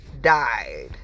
died